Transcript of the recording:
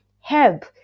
help